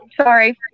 Sorry